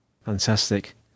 Fantastic